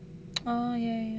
oh ya ya ya